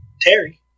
Terry